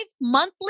monthly